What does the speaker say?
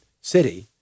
city